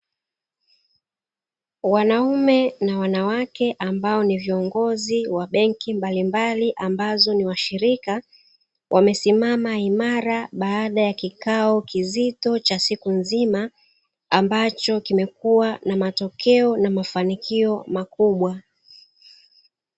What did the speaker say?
Wanaume na wanawake ambao ni viongozi wa benki mbalimbali ambazo ni washirika, wamesimama imara baada ya kikao kizito cha siku nzima, ambacho kimekuwa na matokeo na mafanikio makubwa.